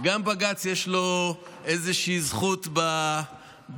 אז גם לבג"ץ יש איזושהי זכות באירוע.